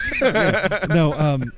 No